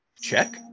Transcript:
check